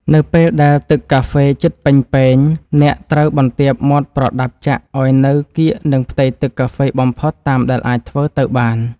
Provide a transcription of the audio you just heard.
នៅពេលដែលទឹកកាហ្វេជិតពេញពែង អ្នកត្រូវបន្ទាបមាត់ប្រដាប់ចាក់ឱ្យនៅកៀកនឹងផ្ទៃទឹកកាហ្វេបំផុតតាមដែលអាចធ្វើទៅបាន។